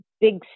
big